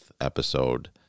episode